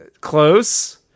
Close